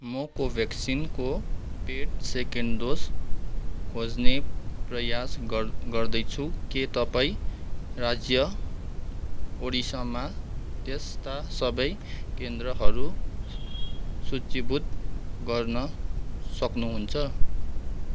म कोभ्याक्सिनको paid second dose खोज्ने प्रयास गर्दैछु के तपाईँँ राज्य ओडिसामा त्यस्ता सबै केन्द्रहरू सूचीभुत गर्न सक्नुहुन्छ